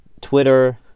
Twitter